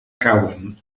cauen